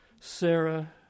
Sarah